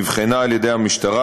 נבחנה על ידי המשטרה,